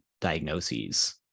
diagnoses